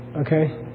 Okay